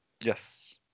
Yes